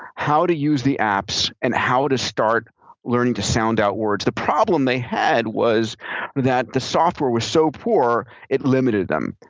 how to use the apps, and how to start learning how to sound out words. the problem they had was that the software was so poor it limited them.